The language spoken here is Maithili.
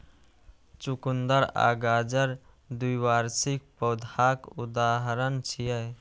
चुकंदर आ गाजर द्विवार्षिक पौधाक उदाहरण छियै